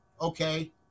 okay